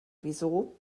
wieso